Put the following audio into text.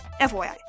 FYI